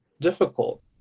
difficult